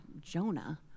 Jonah